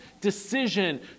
decision